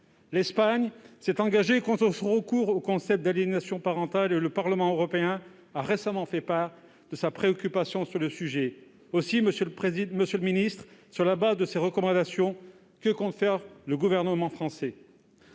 L'Espagne s'est déjà engagée contre le recours au concept d'aliénation parentale et le Parlement européen a récemment fait part de sa préoccupation sur le sujet. Aussi, monsieur le secrétaire d'État, sur la base de ces recommandations, que compte faire le gouvernement français ?